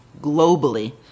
globally